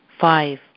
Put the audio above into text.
Five